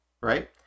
right